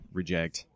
reject